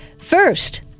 First